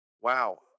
Wow